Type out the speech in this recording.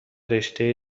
رشته